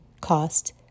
cost